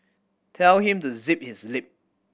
tell him to zip his lip